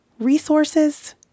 resources